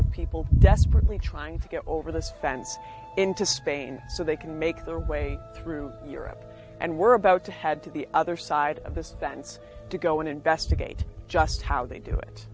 of people desperately trying to get over this fence into spain so they can make their way through europe and we're about to head to the other side of this fence to go and investigate just how they do it